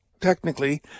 technically